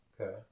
Okay